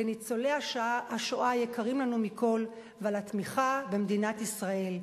לניצולי השואה היקרים לנו מכול ועל התמיכה במדינת ישראל.